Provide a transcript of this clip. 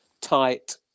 tight